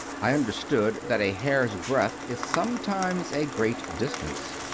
i understood that a hair s breadth is sometimes a great distance.